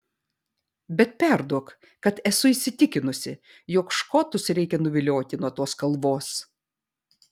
bet perduok kad esu įsitikinusi jog škotus reikia nuvilioti nuo tos kalvos